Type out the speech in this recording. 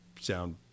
sound